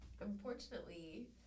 unfortunately